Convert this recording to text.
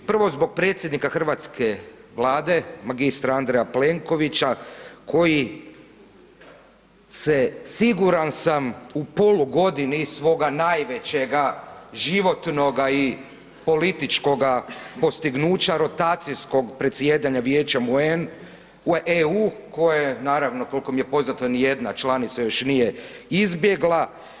Prvo, zbog predsjednika hrvatske Vlade, magistra Andreja Plenkovića koji se, siguran sam, u polugodini svoga najvećega životnoga i političkoga postignuća, rotacijskog predsjedanja Vijećem UN, EU, koja naravno, koliko mi je poznato, nijedna članica još nije izbjegla.